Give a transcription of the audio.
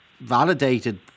validated